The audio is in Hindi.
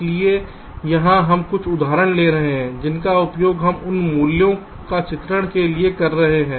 इसलिए यहाँ हम कुछ उदाहरण ले रहे हैं जिनका उपयोग हम इन मूल्यों का चित्रण के लिए कर रहे हैं